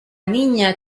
niña